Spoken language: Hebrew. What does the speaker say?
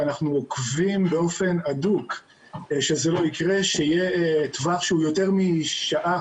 ואנחנו ע וקבים באופן הדוק שזה לא יקרה שיהיה טווח שהוא יותר משעה